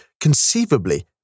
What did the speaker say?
conceivably